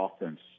offense